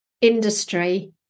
industry